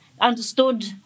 understood